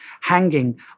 hanging